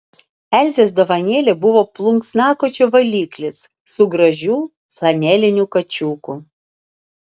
elzės dovanėlė buvo plunksnakočio valiklis su gražiu flaneliniu kačiuku